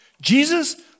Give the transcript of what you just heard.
Jesus